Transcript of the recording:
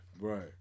Right